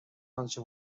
آنچه